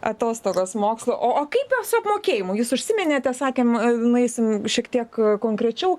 atostogas mokslo o o kaip su apmokėjimu jūs užsiminėte sakėm nueisim šiek tiek konkrečiau